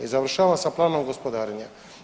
I završavam sa planom gospodarenja.